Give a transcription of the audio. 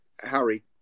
Harry